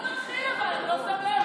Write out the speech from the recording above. אבל הוא מתחיל, אתה לא שם לב?